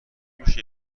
میشه